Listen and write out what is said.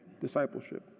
discipleship